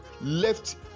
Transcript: left